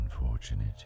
unfortunate